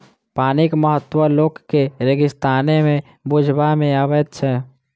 पानिक महत्व लोक के रेगिस्ताने मे बुझबा मे अबैत छै